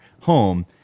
home